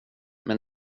men